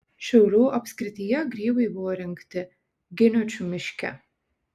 šiaulių apskrityje grybai buvo rinkti giniočių miške